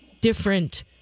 different